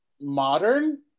modern